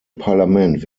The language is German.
parlament